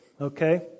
okay